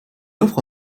offre